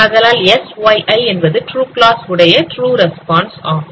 ஆதலால் syi என்பது true class உடைய ட்ரூ ரெஸ்பான்ஸ் ஆகும்